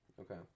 Okay